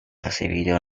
recibido